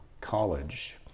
college